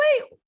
wait